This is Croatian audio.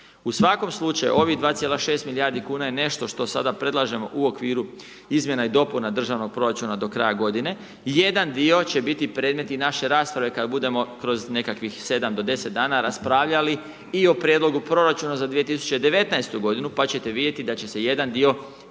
U svakom slučaju, ovih 2,6 milijardi kuna je nešto što sada predlažemo u okviru izmjena i dopuna državnog proračuna do kraja godine. Jedan dio će biti i predmet naše rasprave kada budemo kroz nekih 7 do 10 dana raspravljali i o Prijedlogu proračuna za 2019. godinu, pa ćete vidjeti da će se jedan dio